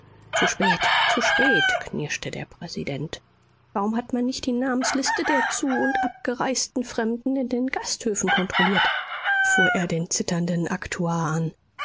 zu spät zu spät knirschte der präsident warum hat man nicht die namensliste der zu und abgereisten fremden in den gasthöfen kontrolliert fuhr er den zitternden